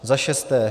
Za šesté.